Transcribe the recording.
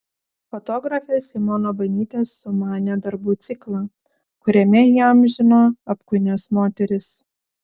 fotografė simona banytė sumanė darbų ciklą kuriame įamžino apkūnias moteris